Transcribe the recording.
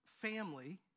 family